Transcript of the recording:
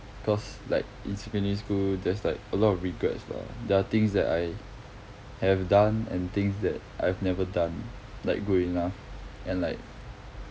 cause like in secondary school there's like a lot of regrets lah there are things that I have done and things that I've never done like good enough and like